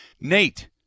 Nate